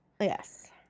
Yes